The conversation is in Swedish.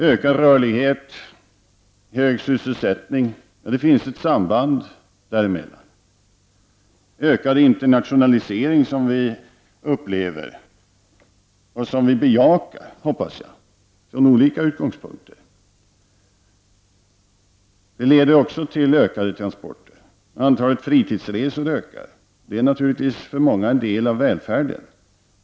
Det finns ett samband mellan ökad rörlighet och hög sysselsättning. Den ökade internationalisering som vi upplever och som jag hoppas att vi bejakar från olika utgångspunkter leder också till ökade transporter. Antalet fritidsresor ökar. Det är naturligtvis för många en del av välfärden.